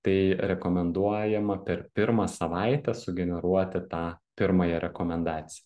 tai rekomenduojama per pirmą savaitę sugeneruoti tą pirmąją rekomendaciją